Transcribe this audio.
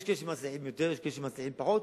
ויש כאלה שמצליחים יותר ויש כאלה שמצליחים פחות,